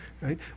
Right